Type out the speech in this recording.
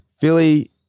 Philly